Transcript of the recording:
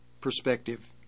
perspective